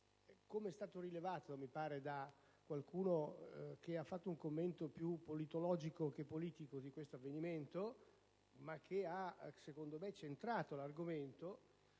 come è stato rilevato da qualcuno che ha fatto un commento più politologico che politico di questo avvenimento, ma che ha secondo me centrato l'argomento,